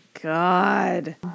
God